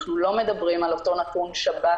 אנחנו לא מדברים על אותו נתון שב"כי